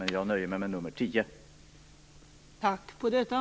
Men jag nöjer mig med att yrka bifall till reservation nr 10.